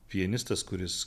pianistas kuris